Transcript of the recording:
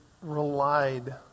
relied